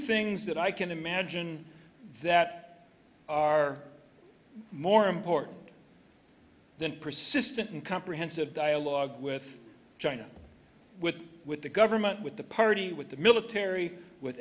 things that i can imagine that are more important than persistent and comprehensive dialogue with china with with the government with the party with the military with